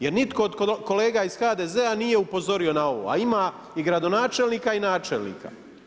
Jer nitko od kolega iz HDZ-a nije upozorio na ovo, a ima i gradonačelnika i načelnika.